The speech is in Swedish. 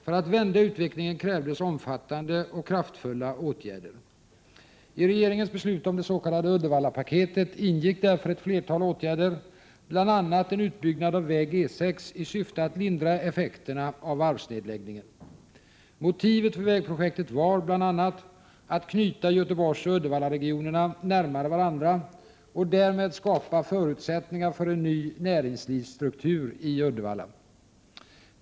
För att vända utvecklingen krävdes omfattande och kraftfulla åtgärder. I regeringens beslut om det s.k. Uddevallapaketet ingick därför ett flertal åtgärder, bl.a. en utbyggnad av väg E6, i syfte att lindra effekterna av varvsnedläggningen. Motivet för vägprojektet var bl.a. att knyta Göteborgsoch Uddevallaregionerna närmare varandra och därmed skapa förutsättningar för en ny näringslivsstruktur i Uddevalla.